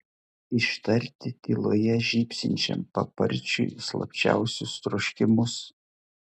ištarti tyloje žybsinčiam paparčiui slapčiausius troškimus